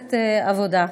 מחפשת עבודה.